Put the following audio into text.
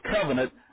covenant